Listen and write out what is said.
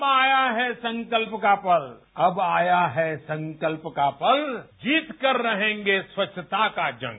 अब आया है संकल्य का पल अब आया है संकल्य का पल जीतकर रहेगे स्वच्छता का जंग